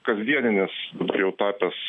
kasdieninis dabar jau tapęs